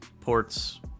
ports